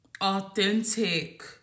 authentic